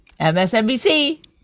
MSNBC